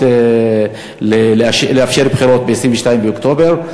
לאפשר בחירות ב-22 באוקטובר.